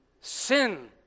Sin